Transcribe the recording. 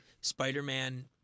Spider-Man